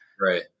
Right